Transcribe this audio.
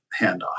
handoff